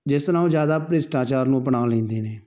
ਜਿਸ ਤਰ੍ਹਾਂ ਉਹ ਜ਼ਿਆਦਾ ਭ੍ਰਿਸ਼ਟਾਚਾਰ ਨੂੰ ਅਪਣਾ ਲੈਂਦੇ ਨੇ